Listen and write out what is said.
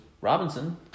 Robinson